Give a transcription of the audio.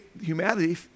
humanity